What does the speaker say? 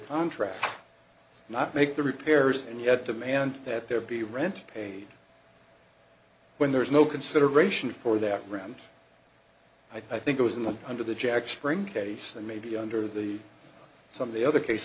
contract not make the repairs and yet demand that there be rent paid when there is no consideration for that room i think it was in the under the jack spring case and maybe under the some of the other case